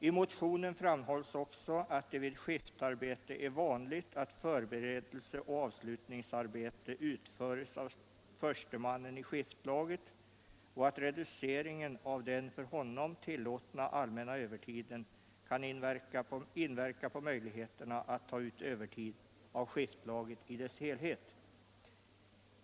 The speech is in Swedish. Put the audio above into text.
I motionen framhålls också att det vid skiftarbete är vanligt att förberedelseoch avslutningsarbeten utförs av förstemannen i skiftlaget och att reduceringen av den för honom tillåtna allmänna övertiden kan inverka på möjligheterna att ta ut övertid av skiftlaget i dess helhet.